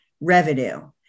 revenue